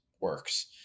works